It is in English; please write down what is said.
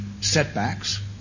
setbacks